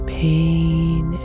pain